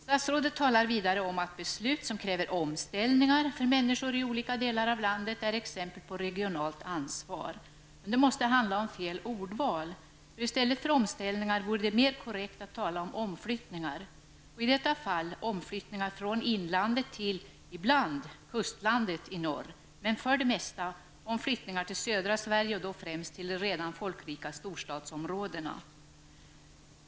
Statsrådet talar vidare om att beslut som kräver omställningar för människor i olika delar av landet är exempel på regionalt ansvar. Det måste handla om fel ordval. I stället för omställningar vore det mer korrekt att tala om omflyttningar, i detta fall från inlandet till ibland kustlandet i norr men för det mesta till södra Sverige och då främst de redan folkrika storstadsområdena.